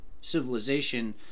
civilization